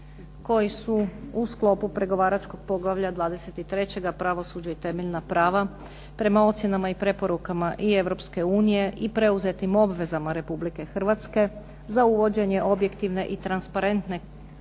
koji su u sklopu pregovaračkog poglavlja 23. – Pravosuđe i temelja prava. Prema ocjenama i preporukama i Europske unije i preuzetim obvezama Republike Hrvatske za uvođenje objektivne i transparentnih